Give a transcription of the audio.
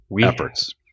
efforts